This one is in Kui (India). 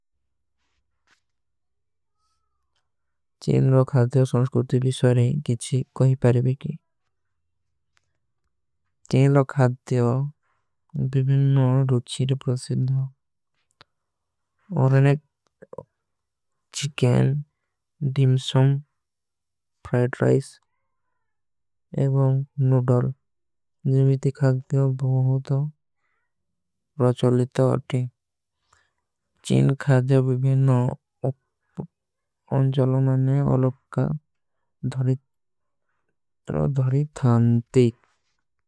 ଚେନ ଖାତେ ହୋ ସଂସ୍କୁର୍ଟି ଵିଶ୍ଵାରେ କୀଛୀ କହୀ ପରେବୀଟୀ। ଚେନ ଖାତେ ହୋ ଭୀଭୀନ ନ ରୁଚ୍ଚୀର। ପ୍ରସିଦ ହୋ ଔର ଏନେ ଚିକନ ଡିମ୍ସମ। ଫ୍ରୈଟ ରାଇସ ଏବଂ ନୂଡଲ ଜୀଵିତୀ ଖାତେ ହୋ ବହୁତ ରଚଲିତ। ଆତୀ ଚେନ ଖାତେ ହୋ ଭୀଭୀନ ନ। ଉନ୍ଜଲନାନେ ଅଲଗ କା ଧରିଧାନତୀ।